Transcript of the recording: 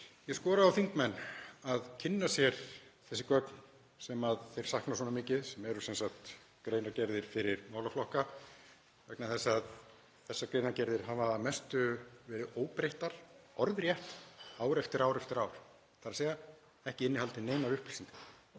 Ég skora á þingmenn að kynna sér þessi gögn sem þeir sakna svona mikið sem eru sem sagt greinargerðir fyrir málaflokka, vegna þess að þessar greinargerðir hafa að mestu verið óbreyttar orðrétt ár eftir ár, þ.e. ekki innihaldið neinar upplýsingar.